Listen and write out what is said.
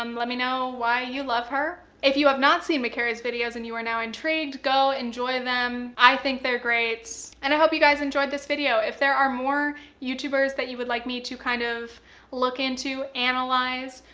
um, lemme know why you love her. if you have not seen micarah's videos and you are now intrigued, go enjoy them, i think they're great, and i hope you guys enjoyed this video. if there are more youtubers that you want like me to kind of look into, analyze,